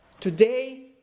Today